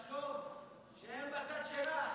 לחשוב שהם בצד שלך.